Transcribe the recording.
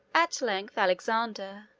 at length, alexander,